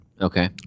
Okay